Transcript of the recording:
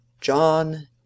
John